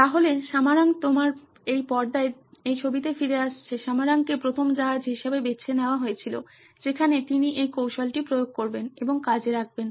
তাহলে সামারাং তোমার পর্দায় এই ছবিতে ফিরে আসছে সামারাংকে প্রথম জাহাজ হিসেবে বেছে নেওয়া হয়েছিল যেখানে তিনি এই কৌশলটি প্রয়োগ করবেন এবং কাজে রাখবেন